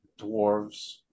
dwarves